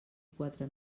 quatre